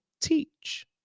teach